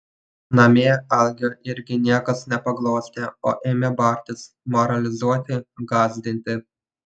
namie algio irgi niekas nepaglostė o ėmė bartis moralizuoti gąsdinti